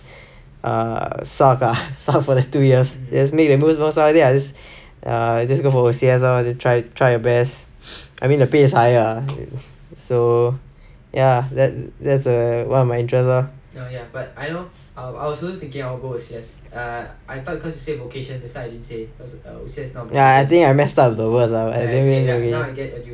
err S_A_F ah S_A_F for like two years just make the most most out of it ah just err just go for O_C_S try try your best I mean the pay is higher ah so ya that there's uh one of my interest lor ya I think I messed up the words ah I didn't mean to